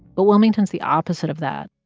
but wilmington's the opposite of that.